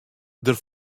der